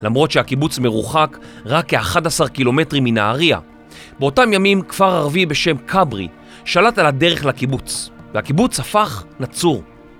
למרות שהקיבוץ מרוחק, רק כ-11 קילומטרים מן מנהריה. באותם ימים, כפר ערבי בשם כברי שלט על הדרך לקיבוץ, והקיבוץ הפך נצור.